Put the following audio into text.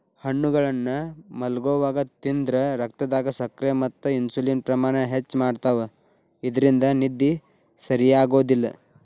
ಹಣ್ಣುಗಳನ್ನ ಮಲ್ಗೊವಾಗ ತಿಂದ್ರ ರಕ್ತದಾಗ ಸಕ್ಕರೆ ಮತ್ತ ಇನ್ಸುಲಿನ್ ಪ್ರಮಾಣ ಹೆಚ್ಚ್ ಮಾಡ್ತವಾ ಇದ್ರಿಂದ ನಿದ್ದಿ ಸರಿಯಾಗೋದಿಲ್ಲ